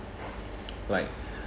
like